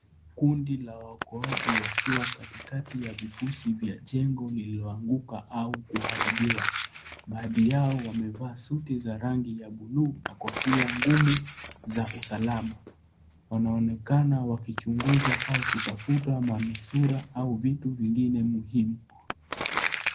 Kundi la waokoaji wakiwa katikati ya mifuzi ya jengo lililoanguka au kuharibiwa. Baadhi yao wamevaa suti za rangi ya bluu na kofia ngumu za usalama. Wanaonekana wakichunguza au kutafta masura au vitu vingine muhimu.